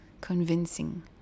convincing